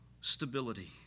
stability